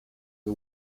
the